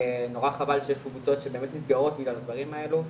נורא חבל שבאמת שקבוצות נסגרות בגלל דברים האלו,